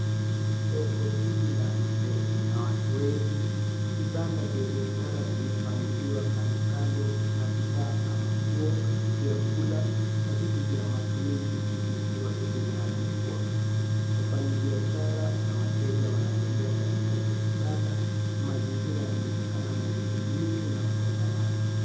Soko hili la nje, lina watu wengi. Vibanda vya biashara vimepangiliwa kandokando na bidhaa kama nguo, vyakula na vitu vya matumizi zikiwa zimeanikwa. Wafanyibiashara na wateja wanatembea katikati ya vibanda na mazingira yanaonekana na shughuli nyingi na msongamano.